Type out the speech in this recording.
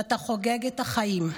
ואתה חוגג את החיים.